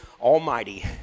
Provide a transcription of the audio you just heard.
Almighty